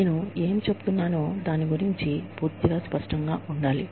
నేను ఏమి చెప్తున్నానో దాని గురించి పూర్తిగా స్పష్టంగా ఉండాలి